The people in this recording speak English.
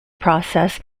process